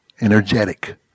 energetic